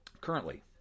Currently